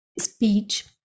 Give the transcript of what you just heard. speech